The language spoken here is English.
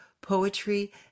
Poetry